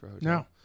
no